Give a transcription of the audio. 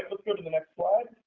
let's go to the next slide.